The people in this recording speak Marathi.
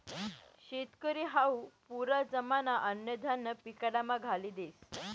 शेतकरी हावू पुरा जमाना अन्नधान्य पिकाडामा घाली देस